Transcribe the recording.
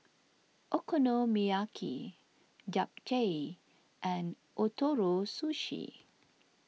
Okonomiyaki Japchae and Ootoro Sushi